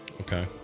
Okay